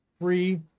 free